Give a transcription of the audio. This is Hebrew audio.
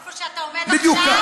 איפה שאתה עומד עכשיו?